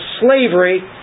slavery